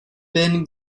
bin